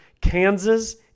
Kansas